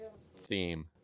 Theme